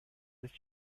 sich